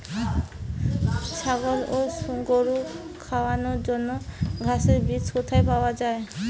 ছাগল ও গরু খাওয়ানোর জন্য ঘাসের বীজ কোথায় পাওয়া যায়?